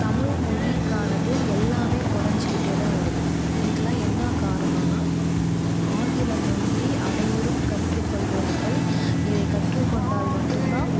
தமிழ்மொழிக்கானது எல்லாமே கொறைஞ்சிக்கிட்டே தான் வருது இதுக்கெல்லாம் என்ன காரணன்னால் ஆங்கில மொழியை அனைவரும் கற்றுக்கொள்கிறார்கள் இதை கற்றுக்கொண்டால் மட்டுந்தான்